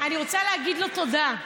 אני רוצה להגיד לו תודה,